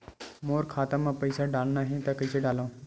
मोर खाता म पईसा डालना हे त कइसे डालव?